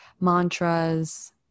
mantras